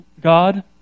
God